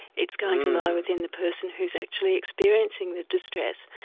it's going to lie within the person who is actually experiencing the distress.